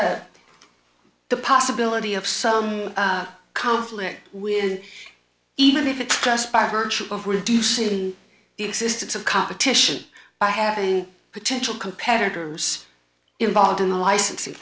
some the possibility of some conflict when even if it's just by virtue of reducing the existence of competition by having potential competitors involved in the licensing